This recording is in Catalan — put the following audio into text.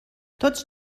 tots